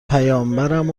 پیامبرمم